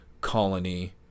colony